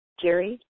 Jerry